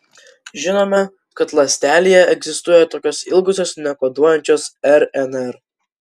žinome kad ląstelėje egzistuoja tokios ilgosios nekoduojančios rnr